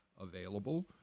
available